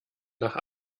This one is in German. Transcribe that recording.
nach